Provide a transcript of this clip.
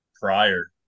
prior